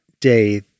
day